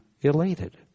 elated